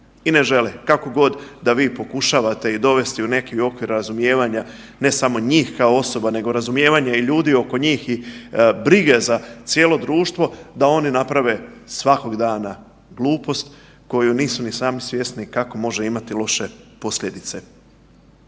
i ne žele kako god da vi pokušavate ih dovest u neki okvir razumijevanja, ne samo njih kao osoba nego razumijevanja i ljudi oko njih i brige za cijelo društvo da oni naprave svakog dana glupost koju nisu ni sami svjesni kako može imat loše posljedice